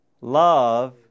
Love